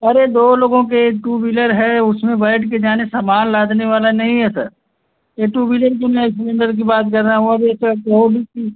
अरे दो लोगों के टू वीलर है उसमें बैठ कर जाने समान लादने वाला नहीं है सर ये टू व्हीलर जो मैं इस्प्लेन्डर की बात कर रहा हूँ अब ये तो आप कहोगे कि